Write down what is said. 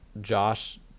Josh